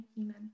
amen